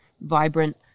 vibrant